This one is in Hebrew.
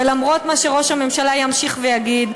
ולמרות מה שראש הממשלה ימשיך ויגיד,